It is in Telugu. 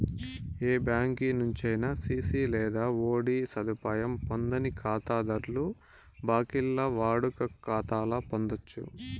ఏ బ్యాంకి నుంచైనా సిసి లేదా ఓడీ సదుపాయం పొందని కాతాధర్లు బాంకీల్ల వాడుక కాతాలు పొందచ్చు